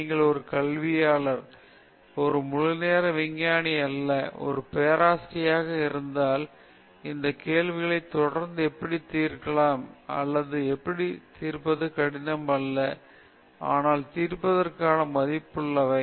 நீங்கள் ஒரு கல்வியாளர் ஒரு முழுநேர விஞ்ஞானி அல்லது ஒரு பேராசிரியராக இருந்தால் இந்த கேள்விகளை தொடர்ந்து எப்படித் தீர்க்கலாம் அல்லது தீர்ப்பது கடினம் அல்ல ஆனால் தீர்ப்பதற்கான மதிப்புள்ளவை